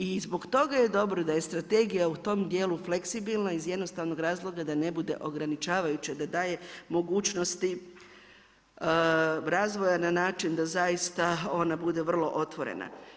I zbog toga je dobro da je strategija u tom dijelu fleksibilna iz jednostavnog razloga da ne bude ograničavajuća da daje mogućnosti razvoja na način da zaista ona bude vrlo otvorena.